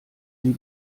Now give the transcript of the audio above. sie